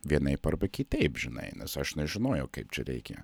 vienaip arba kitaip žinai nes aš nežinojau kaip čia reikia